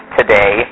today